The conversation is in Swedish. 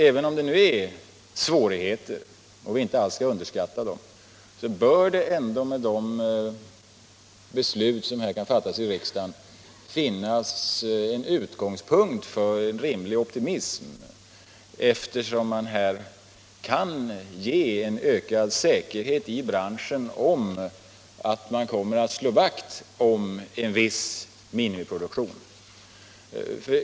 Även om det nu är svårigheter, som vi inte alls skall underskatta, bör ändå de beslut som nu kan fattas i riksdagen kunna bilda en utgångspunkt för en rimlig optimism, eftersom de kan ge en ökad säkerhet i branschen om att man kommer att slå vakt om en viss minimiproduktion.